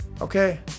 okay